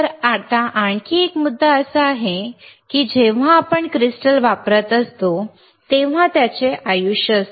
तर आता आणखी एक मुद्दा असा आहे की जेव्हा आपण क्रिस्टल वापरत असतो तेव्हा त्याचे आयुष्य असते